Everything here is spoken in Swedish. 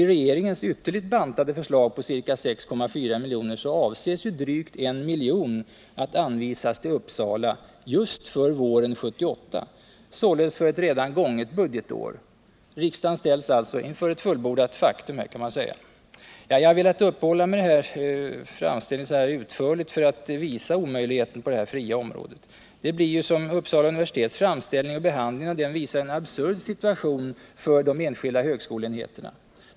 I regeringens ytterligt bantade förslag på ca 6,4 miljoner avses drygt I miljon att anvisas till Uppsala just för våren 1978, således för ett redan gånget budgetår. Riksdagen ställs alltså inför ett fullbordat faktum. Jag har velat uppehålla mig vid denna framställning så här utförligt för att visa omöjligheten med det s.k. fria området. Det blir ju, som Uppsala universitets framställning och behandlingen av den visar, en absurd situation för de enskilda högskoleenheterna.